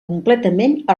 completament